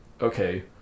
okay